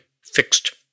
fixed